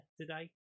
today